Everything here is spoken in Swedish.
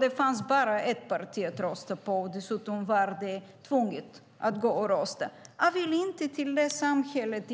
Det fanns nämligen bara ett parti, och dessutom var man tvungen att gå och rösta. Jag vill inte tillbaka till det samhället.